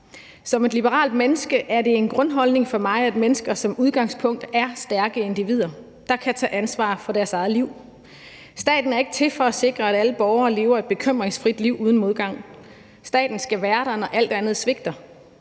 Som et liberalt menneske har jeg den grundholdning, at mennesker som udgangspunkt er stærke individer, der kan tage ansvar for deres eget liv. Staten ikke til for at sikre, at alle borgere lever et bekymringsfrit liv uden modgang. Staten skal være der, når alt andet svigter.